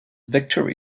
victory